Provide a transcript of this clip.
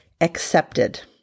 accepted